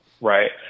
right